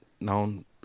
known